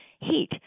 heat